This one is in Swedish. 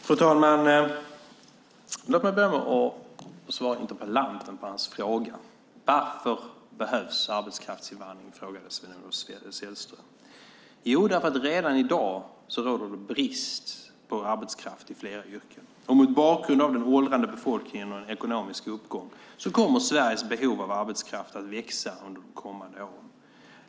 Fru talman! Låt mig börja med att svara interpellanten på hans fråga. Varför behövs arbetskraftsinvandring?, frågade Sven-Olof Sällström. Jo, därför att redan i dag råder brist på arbetskraft i flera yrken. Mot bakgrund av den åldrande befolkningen och en ekonomisk uppgång kommer Sveriges behov av arbetskraft att växa under de kommande åren.